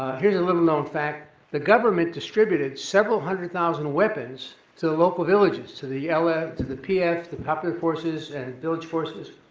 here's a little known fact, the government distributed several hundred thousand weapons to the local villages, to the to the yeah pf, the popular forces, and village forces.